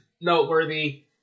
noteworthy